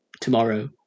tomorrow